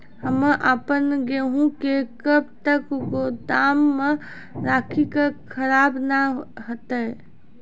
हम्मे आपन गेहूँ के कब तक गोदाम मे राखी कि खराब न हते?